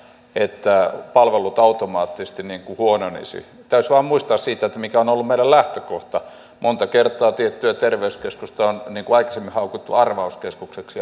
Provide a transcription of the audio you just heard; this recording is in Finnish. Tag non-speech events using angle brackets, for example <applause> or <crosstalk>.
että palvelut automaattisesti huononisivat pitäisi vain muistaa siitä mikä on on ollut meidän lähtökohta monta kertaa tiettyä terveyskeskusta on aikaisemmin haukuttu arvauskeskukseksi <unintelligible>